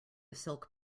silk